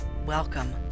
Welcome